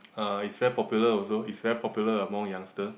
uh is very popular also is very popular among youngsters